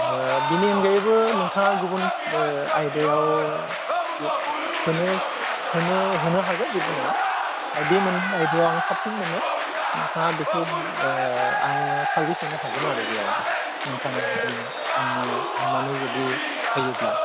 बेनि अनगायैबो नोंथाङा गुबुन आयदायाव होनो हागोन जेबो नङा आरो बे मोननै आयदायाव आं साबसिन मोनो नोंथाङा बेखौ आङो सार्भिस होनो हागोन आरो बेयाव नोंथाङा जुदि आंनो अननानै जुदि होयोब्ला